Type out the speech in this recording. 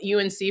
UNC